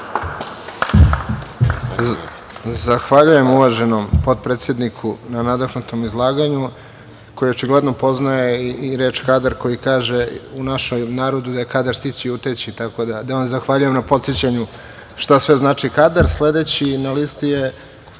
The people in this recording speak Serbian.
Zahvaljujem, uvaženom potpredsedniku na nadahnutom izlaganju koji očigledno poznaje i reč „kadar“ koji kaže u našem narodu da je „kadar stići i uteći“. Tako da vam zahvaljujem na podsećanju šta sve znači